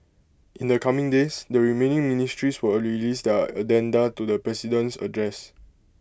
in the coming days the remaining ministries will release their addenda to the president's address